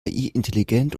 intelligent